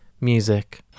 music